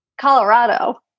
Colorado